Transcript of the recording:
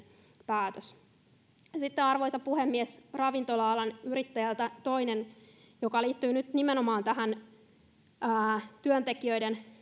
päätös arvoisa puhemies sitten ravintola alan yrittäjältä toinen palaute joka liittyy nimenomaan työntekijöiden